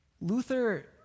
Luther